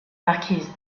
marquise